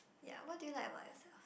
ya what do you like about yourself